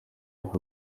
aho